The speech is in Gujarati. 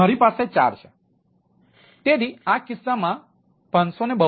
મારી પાસે 4 છે તેથી આ કિસ્સામાં 552 વોટ